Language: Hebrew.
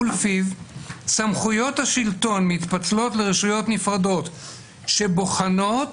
ולפיו סמכויות השלטון מתפצלות לרשויות נפרדות שבוחנות,